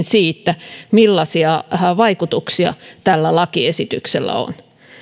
siitä millaisia vaikutuksia tällä lakiesityksellä on